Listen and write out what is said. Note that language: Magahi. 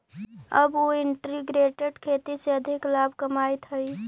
अब उ इंटीग्रेटेड खेती से अधिक लाभ कमाइत हइ